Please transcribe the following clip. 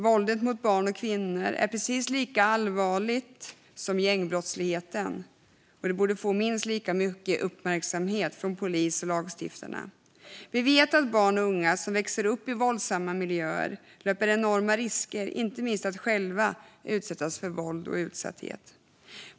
Våldet mot barn och kvinnor är precis lika allvarligt som gängbrottsligheten och borde få minst lika mycket uppmärksamhet från polis och lagstiftare. Vi vet att barn och unga som växer upp i våldsamma miljöer löper enorma risker, inte minst att själva utsättas för våld och uppleva utsatthet.